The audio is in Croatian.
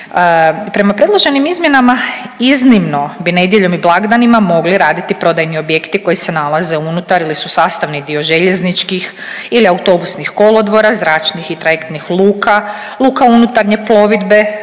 Prema predloženim izmjenama iznimno bi nedjeljom i blagdanima mogli raditi prodajni objekti koji se nalaze unutar ili su sastavni dio željezničkih ili autobusnih kolodvora, zračnih i trajektnih luka, luka unutarnje plovidbe,